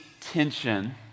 tension